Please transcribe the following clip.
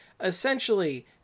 essentially